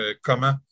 comment